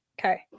Okay